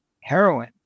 heroin